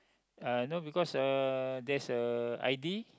uh you know because uh there's a i_d